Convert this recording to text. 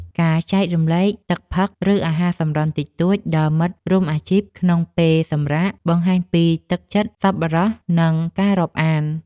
ការចែករំលែកទឹកផឹក ឬអាហារសម្រន់តិចតួចដល់មិត្តរួមអាជីពក្នុងពេលសម្រាកបង្ហាញពីទឹកចិត្តសប្បុរស និងការរាប់អាន។